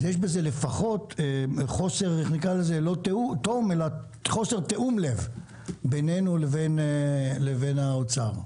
אז יש בזה לפחות חוסר תיאום בינינו לבין האוצר.